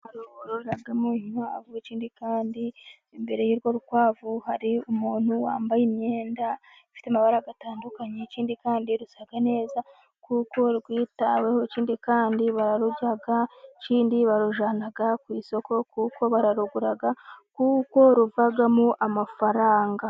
Ikiraro bororeramo inkwavu. ikindi kandi imbere y'urwo rukwavu hari umuntu wambaye imyenda ifite amabara atandukanye. Ikindi kandi rusa neza kuko rwitaweho. Ikindi kandi bararurya. Ikindi barujyana ku isoko kuko bararugura, kuko ruvamo amafaranga.